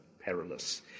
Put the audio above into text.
perilous